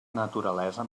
naturalesa